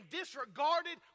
disregarded